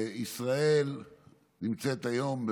שישראל נמצאת היום,